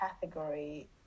category